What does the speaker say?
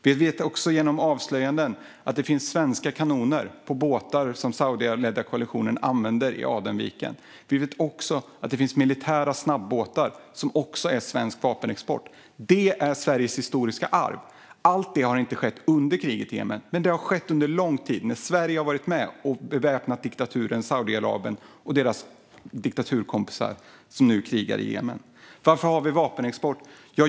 Vi vet också genom avslöjanden att det finns svenska kanoner på båtar som den saudiledda koalitionen använder i Adenviken. Vi vet också att det finns militära snabbåtar som också är från svensk vapenexport. Det är Sveriges historiska arv. Allt detta har inte skett under kriget i Jemen, men det har skett under lång tid då Sverige har varit med och beväpnat diktaturen Saudiarabien och dess diktaturkompisar som nu krigar i Jemen. Varför har vi vapenexport?